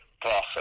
process